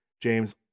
James